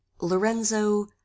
lorenzo